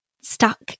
stuck